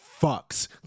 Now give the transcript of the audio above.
fucks